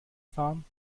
fahren